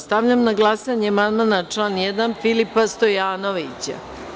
Stavljam na glasanje amandman na član 1. Filipa Stojanovića.